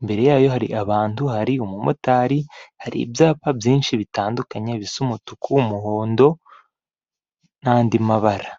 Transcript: imbere yayo hari abantu, hari umumotari, hari ibyapa byinshi bitandukanye bisa umutuku, umuhondo n'andi mabara.